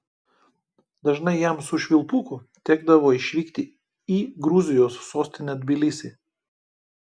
dažnai jam su švilpuku tekdavo išvykti į gruzijos sostinę tbilisį